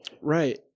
Right